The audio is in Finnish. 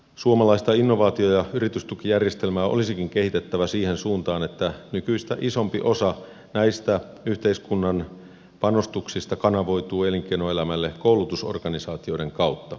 suomalaista innovaatio ja yritystukijärjestelmää olisikin kehitettävä siihen suuntaan että nykyistä isompi osa näistä yhteiskunnan panostuksista kanavoituu elinkeinoelämälle koulutusorganisaatioiden kautta